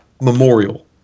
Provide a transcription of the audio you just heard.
Memorial